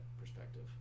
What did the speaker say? perspective